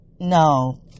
No